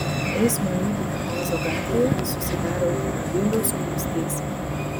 po eismo įvykio ozo gatvėje susidarė automobilių spūstys